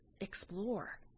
explore